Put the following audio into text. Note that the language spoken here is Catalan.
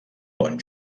bon